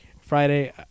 Friday